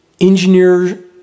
engineer